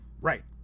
right